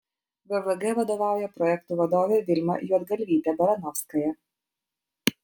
vvg vadovauja projektų vadovė vilma juodgalvytė baranovskaja